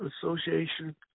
Association